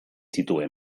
zituen